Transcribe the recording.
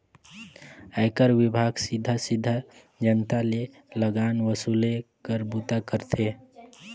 आयकर विभाग सीधा सीधा जनता ले लगान वसूले कर बूता करथे